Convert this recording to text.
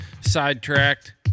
sidetracked